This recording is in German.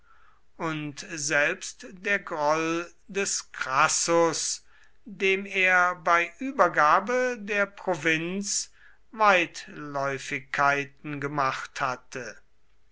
und selbst der groll des crassus dem er bei übergabe der provinz weitläufigkeiten gemacht hatte